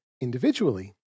individually